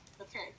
Okay